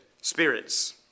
Spirits